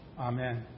Amen